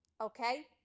Okay